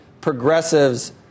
progressives